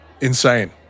insane